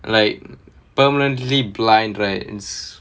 like permanently blind right is